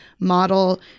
model